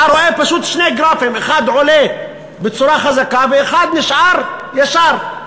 אתה רואה פשוט שני גרפים: אחד עולה בצורה חזקה ואחד נשאר ישר.